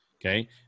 Okay